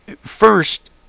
First